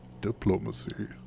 Diplomacy